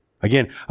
Again